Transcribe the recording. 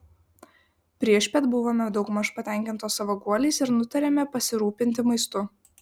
priešpiet buvome daugmaž patenkintos savo guoliais ir nutarėme pasirūpinti maistu